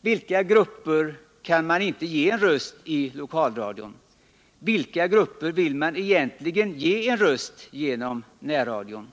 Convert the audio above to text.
Vilka grupper kan man inte ge en röst i lokalradion? Vilka grupper vill man egentligen ge en röst i närradion?